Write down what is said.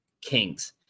Kings